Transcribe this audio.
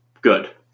good